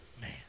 man